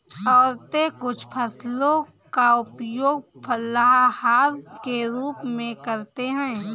औरतें कुछ फसलों का उपयोग फलाहार के रूप में करते हैं